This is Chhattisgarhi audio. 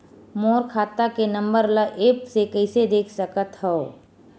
मोर खाता के नंबर ल एप्प से कइसे देख सकत हव?